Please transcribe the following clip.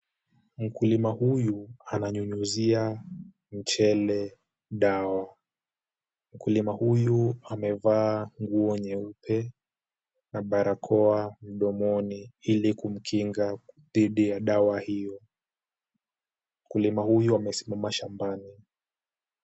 Mkulima huyu ananyunyuzia mchele dawa. Mkulima huyu amevaa nguo nyeupe na barakoa mdomoni, ili kumkinga dhidi ya dawa hiyo. Mkulima huyu amesimama shambani.